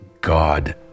God